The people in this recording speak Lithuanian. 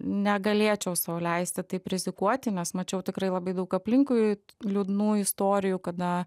negalėčiau sau leisti taip rizikuoti nes mačiau tikrai labai daug aplinkui liūdnų istorijų kada